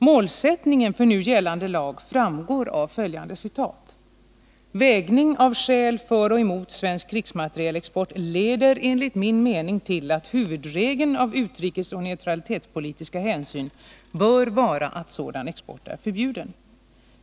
Målsättningen för nu gällande lag framgår av följande citat ur propositionen: ”Vägningen av skäl för och emot svensk krigsmaterielexport leder enligt min mening till att huvudregeln av utrikesoch neutralitetspolitiska hänsyn bör vara att sådan export är förbjuden.